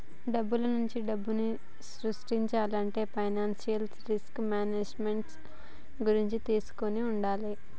డబ్బునుంచే డబ్బుని సృష్టించాలంటే ఫైనాన్షియల్ రిస్క్ మేనేజ్మెంట్ గురించి తెలిసి వుండాల